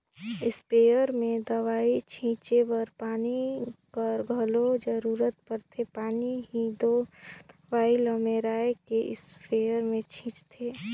sprayer में दवई छींचे बर पानी कर घलो जरूरत परथे पानी में ही दो दवई ल मेराए के इस्परे मे छींचथें